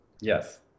Yes